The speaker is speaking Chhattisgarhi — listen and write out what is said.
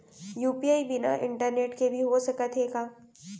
यू.पी.आई बिना इंटरनेट के भी हो सकत हे का?